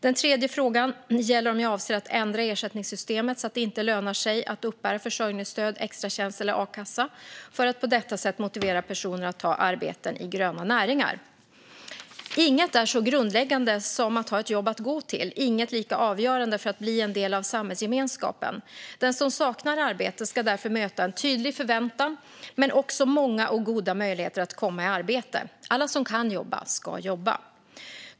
Den tredje frågan gäller om jag avser att ändra ersättningssystemet så att det inte lönar sig att uppbära försörjningsstöd, extratjänst eller a-kassa för att på detta sätt motivera personer att ta arbeten i gröna näringar. Inget är så grundläggande som att ha ett jobb att gå till, och inget är lika avgörande för att bli en del av samhällsgemenskapen. Den som saknar arbete ska därför möta en tydlig förväntan men också många och goda möjligheter att komma i arbete. Alla som kan jobba ska jobba.